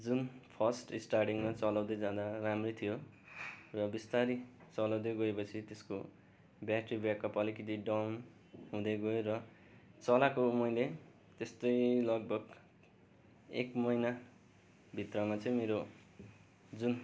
जुन फर्स्ट स्टाटिङमा चलाउँदै जाँदा राम्रै थियो र बिस्तारै चलाउँदै गएपछि त्यसको ब्याट्री ब्याकअप अलिकति डाउन हुँदैगयो र चलाएको मैले त्यस्तै लगभग एक महिनाभित्रमा चाहिँ मेरो जुन